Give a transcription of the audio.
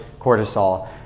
cortisol